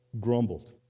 grumbled